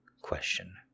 question